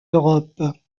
europe